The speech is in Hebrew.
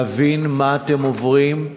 להבין מה אתם עוברים,